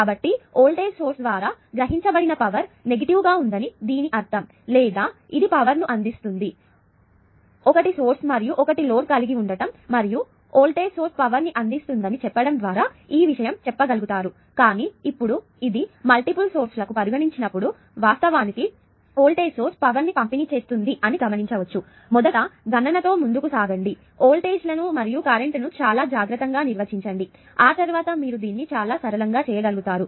కాబట్టి voltage source ద్వారా గ్రహించబడిన పవర్ నెగటివ్ గా ఉందని దీని అర్థం లేదా ఇది పవర్ ని అందిస్తుంది 1 సోర్స్ మరియు 1 లోడ్ కలిగి ఉండటం మరియు వోల్టేజ్ సోర్స్ పవర్ ను అందిస్తుందని చెప్పడం ద్వారా ఈ విషయం చెప్పగలుగుతారు కానీ ఇప్పుడు ఇది మల్టిపుల్ సోర్స్ లకు పరిగణించినప్పుడు వాస్తవానికి వోల్టేజ్ సోర్స్ పవర్ ని పంపిణీ చేస్తుంది అని గమనించవచ్చు మొదట గణన తో ముందుకు సాగండి వోల్టేజ్లను మరియు కరెంట్ను చాలా జాగ్రత్తగా నిర్వచించండి ఆ తర్వాత మీరు దీన్ని చాలా సరళంగా చేయగలుగుతారు